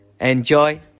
enjoy